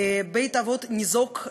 בית-האבות ניזוק,